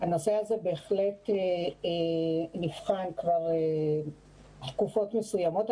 הנושא הזה בהחלט נבחן כבר תקופות מסוימות.